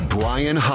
Brian